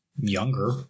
younger